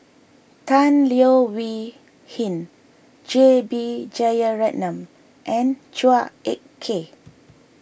Tan Leo Wee Hin J B Jeyaretnam and Chua Ek Kay